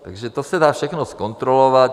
Takže to se dá všechno zkontrolovat.